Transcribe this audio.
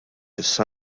issa